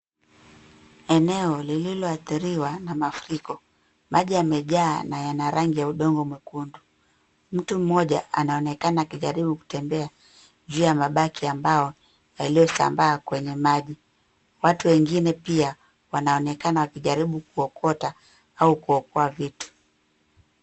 Eneo lililoadhiriwa na mafuriko. Maji yamejaa na yana rangi ya udongo mwekundu. Mtu mmoja anaonekana akijaribu kutembea juu ya mabaki ambayo yaliyosambaa kwenye maji. Watu wengine pia wanaonekana wakijaribu kuokota au kuokoa vitu.